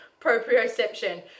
proprioception